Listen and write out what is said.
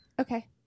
Okay